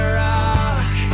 rock